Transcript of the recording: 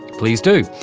please do,